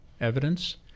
evidence